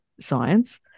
science